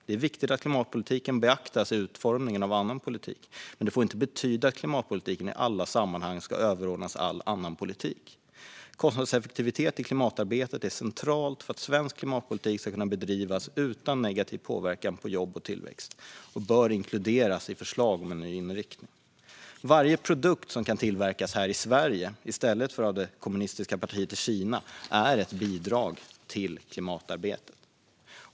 Det är viktigt att klimatpolitiken beaktas i utformningen av annan politik. Men det får inte betyda att klimatpolitiken i alla sammanhang ska överordnas all annan politik. Kostnadseffektivitet i klimatarbetet är centralt för att svensk klimatpolitik ska kunna bedrivas utan negativ påverkan på jobb och tillväxt och bör inkluderas i förslag om en ny inriktning. Varje produkt som kan tillverkas här i Sverige i stället för av det kommunistiska partiet i Kina är ett bidrag till klimatarbetet.